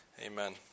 Amen